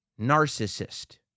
narcissist